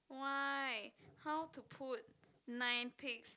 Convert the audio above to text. why how to put nine pigs